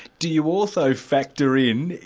do you also factor in,